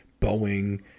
Boeing